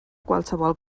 qualsevol